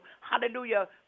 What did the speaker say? Hallelujah